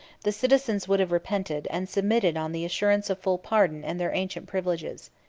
the citizens would have repented, and submitted on the assurance of full pardon and their ancient privileges.